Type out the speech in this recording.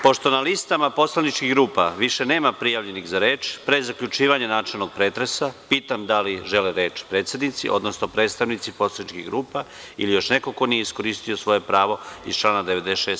Pošto na listama poslaničkih grupa više nema prijavljenih za reč, pre zaključivanja načelnog pretresa, pitam da li žele reč predsednici, odnosno predstavnici poslaničkih grupa ili još neko ko nije iskoristio svoje pravo iz člana 96.